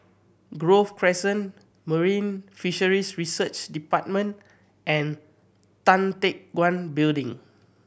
Grove Crescent Marine Fisheries Research Department and Tan Teck Guan Building